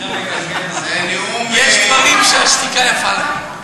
זה נאום, יש דברים שהשתיקה יפה להם.